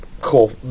Cool